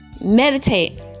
Meditate